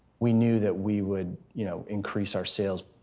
we knew that we would, you know, increase our sales.